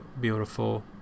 beautiful